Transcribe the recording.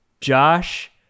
Josh